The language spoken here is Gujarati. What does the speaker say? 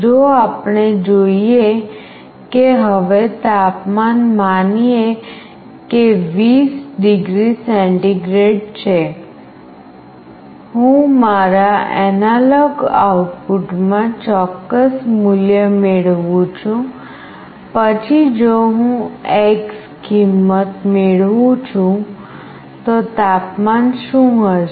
જો આપણે જાણીએ કે હવે તાપમાન માનીએ કે 20 ડિગ્રી સેન્ટીગ્રેડ છે હું મારા એનાલોગ આઉટપુટમાં ચોક્કસ મૂલ્ય મેળવું છું પછી જો હું x કિંમત મેળવું છું તો તાપમાન શું હશે